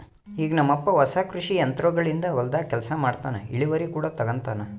ಈಗ ನಮ್ಮಪ್ಪ ಹೊಸ ಕೃಷಿ ಯಂತ್ರೋಗಳಿಂದ ಹೊಲದಾಗ ಕೆಲಸ ಮಾಡ್ತನಾ, ಇಳಿವರಿ ಕೂಡ ತಂಗತಾನ